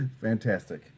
fantastic